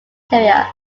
career